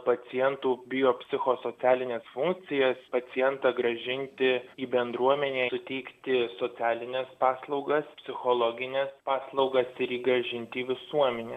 pacientų bio psicho socialines funkcijas pacientą grąžinti į bendruomenę ir teikti socialines paslaugas psichologines paslaugas turi grąžinti į visuomenę